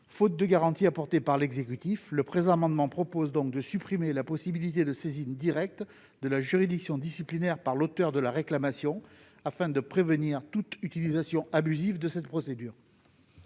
Faute de garanties apportées par l'exécutif, le présent amendement vise à supprimer la possibilité de saisine directe de la juridiction disciplinaire par l'auteur de la réclamation, afin de prévenir toute utilisation abusive de la procédure.